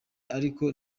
ariko